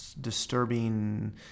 disturbing